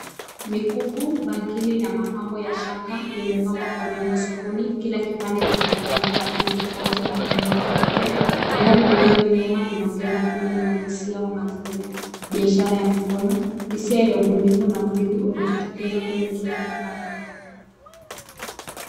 Mikufu, bangili na mapambo ya shanga vimepangwa kwa urembo sokoni kila kipande kikiangaza kwa rangi tofauti na muundo wa kipekee. Gari lililo nyuma linaongeza hali ya uhalisia ya mazingira, biashara ya mkono. Hisia ya ubunifu na uridhi unajitokeza kwenye kila kipande.